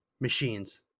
machines